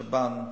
שב"ן,